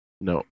No